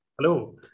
Hello